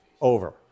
Over